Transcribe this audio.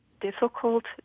difficult